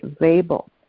label